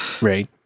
Right